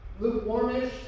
lukewarmish